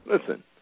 Listen